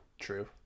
True